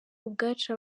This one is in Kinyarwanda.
ubwacu